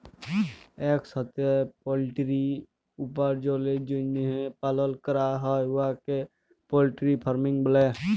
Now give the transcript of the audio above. ইকসাথে পলটিরি উপার্জলের জ্যনহে পালল ক্যরা হ্যয় উয়াকে পলটিরি ফার্মিং ব্যলে